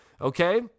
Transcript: okay